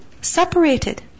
separated